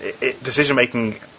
decision-making